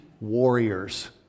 warriors